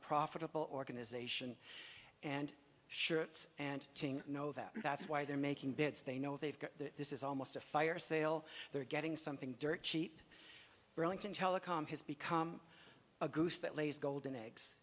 profitable organisation and shirts and know that that's why they're making bids they know they've got this is almost a fire sale they're getting something dirt cheap burlington telecom has become a goose that lays golden eggs